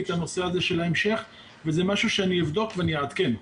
את הנושא של ההמשך וזה משהו שאני אבדוק ואעדכן.